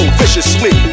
viciously